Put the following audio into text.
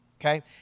Okay